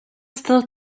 still